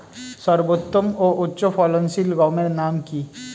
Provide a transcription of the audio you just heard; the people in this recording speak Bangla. সর্বোত্তম ও উচ্চ ফলনশীল গমের নাম কি?